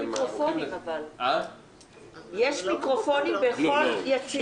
יש מיקרופונים בכל יציע.